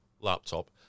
laptop